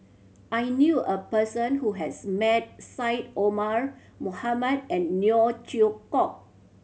I knew a person who has met Syed Omar Mohamed and Neo Chwee Kok